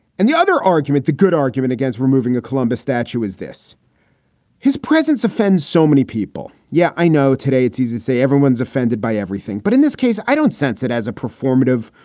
and the other argument, the good argument against removing a columbus statue is this his presence offends so many people. yeah, i know today it's easy to say everyone's offended by everything. but in this case, i don't sense it as a performative,